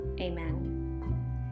Amen